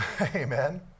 Amen